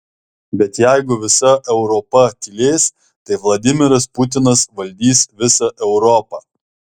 bet jeigu visa europa tylės tai vladimiras putinas valdys visą europą